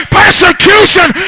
persecution